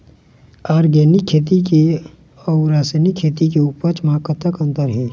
Organic खेती के अउ रासायनिक खेती के उपज म कतक अंतर हे?